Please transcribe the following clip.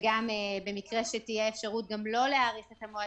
במקרה שתהיה אפשרות לא להאריך את המועדים,